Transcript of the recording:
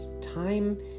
time